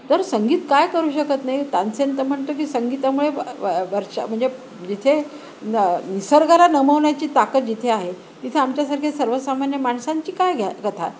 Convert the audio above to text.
तर संगीत काय करू शकत नाही तानसेन तर म्हणतो की संगीतामुळे वा व वर्षा म्हणजे जिथे न निसर्गाला नामविण्याची ताकद जिथे आहे तिथे आमच्यासारख्या सर्वसामान्य माणसांची काय घ्या कथा